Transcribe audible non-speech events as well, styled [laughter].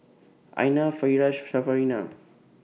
Aina Firash [unintelligible]